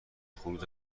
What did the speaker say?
خروج